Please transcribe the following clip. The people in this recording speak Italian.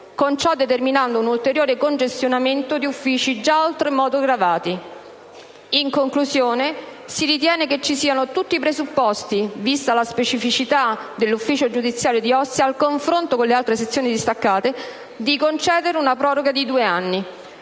con ciò determinando un ulteriore congestionamento di uffici già oltremodo gravati. In conclusione, si ritiene che ci siano tutti i presupposti, vista la specificità dell'ufficio giudiziario di Ostia al confronto con le altre sezioni distaccate, per concedere una proroga di due anni,